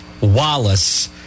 Wallace